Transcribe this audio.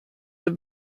have